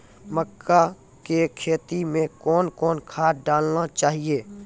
मक्का के खेती मे कौन कौन खाद डालने चाहिए?